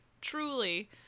Truly